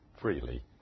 freely